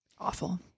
awful